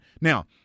Now